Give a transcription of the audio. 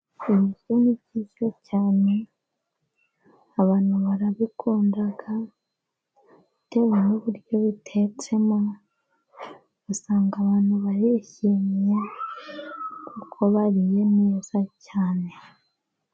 Ibi biryo ni byiza cyane. Abantu barabikunda bitewe n'uburyo bitetsemo. Usanga abantu barishimye, kuko bariye neza cyane.